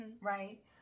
right